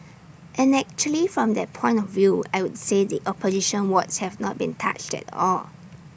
and actually from that point of view I would say the opposition wards have not been touched at all